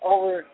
Over